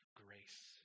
grace